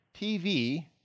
TV